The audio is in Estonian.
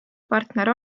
partner